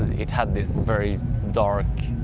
it had this very dark. ehh.